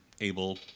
able